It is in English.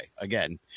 again